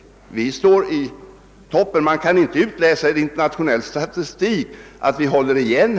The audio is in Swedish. Vi befinner oss i toppen. Man kan inte ur internationell statistik utläsa ens att vi håller igen.